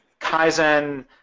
Kaizen